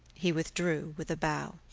he withdrew with a bow.